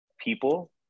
people